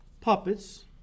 puppets